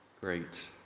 Great